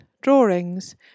drawings